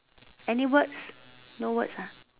any words no words ah